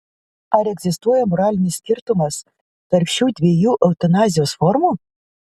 ar egzistuoja moralinis skirtumas tarp šių dviejų eutanazijos formų